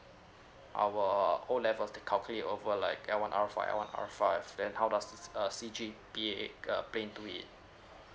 our O levels they calculate over like L one R four or L one R five then how does this uh C_G_P_A uh play into it